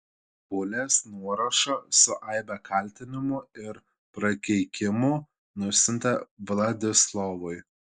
bulės nuorašą su aibe kaltinimų ir prakeikimų nusiuntė vladislovui